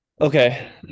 Okay